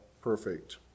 perfect